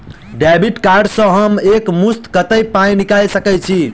Debit card सँ हम एक मुस्त कत्तेक पाई निकाल सकय छी?